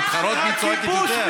אתן מתחרות מי צועקת יותר?